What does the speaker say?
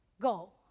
go